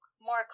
more